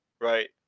right